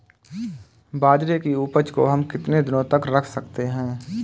बाजरे की उपज को हम कितने दिनों तक रख सकते हैं?